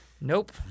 Nope